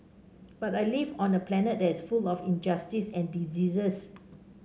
but I live on a planet that is full of injustice and diseases